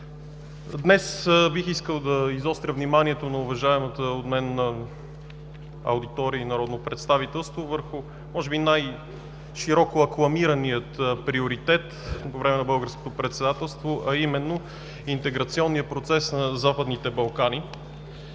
Днес бих искал да заостря вниманието на уважаваната от мен аудитория и народно представителство върху широко рекламирания приоритет по време на българското председателство – интеграционния процес на Западните Балкани.